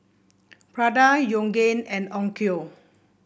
Prada Yoogane and Onkyo